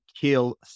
kill